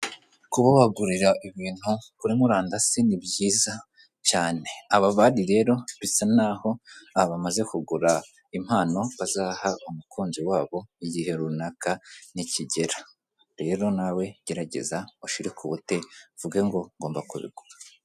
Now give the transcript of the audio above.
Kuba wagurira ibintu kuri murandasi, ni byiza cyane. Aba bari rero bisa nk'aho bamaze kugura impano bazaha umukunzi wabo igihe runaka nikigera. Rero nawe gerageza ushirike ubute uvuge ngo ngomba kurekura.